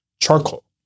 charcoal